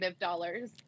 dollars